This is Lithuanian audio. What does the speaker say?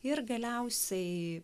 ir galiausiai